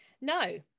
No